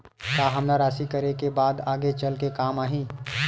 का हमला राशि करे के बाद आगे चल के काम आही?